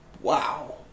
Wow